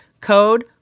Code